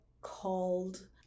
called